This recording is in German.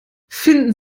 finden